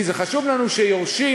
כי חשוב לנו שיורשים,